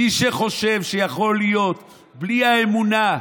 מי שחושב שהוא יכול להיות בלי האמונה,